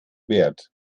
wert